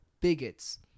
bigots